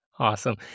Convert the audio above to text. Awesome